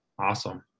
Awesome